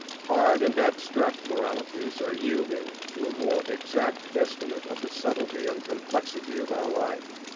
hard and abstract moralities are yielding to a more exact estimate of the subtlety and complexity of our life.